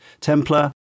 Templar